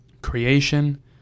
creation